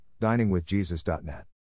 diningwithjesus.net